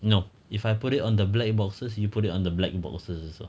no if I put it on the black boxes you put it on the black boxes also